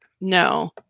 No